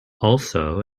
also